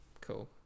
Cool